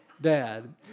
dad